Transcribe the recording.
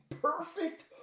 perfect